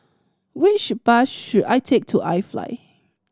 which bus should I take to iFly